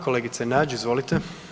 Kolegice Nađ, izvolite.